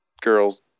girls